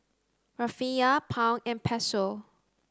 Rufiyaa Pound and Peso